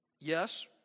Yes